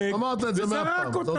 אמרת את זה 100 פעמים.